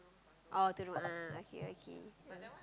oh to the a'ah okay okay